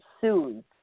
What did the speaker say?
soothe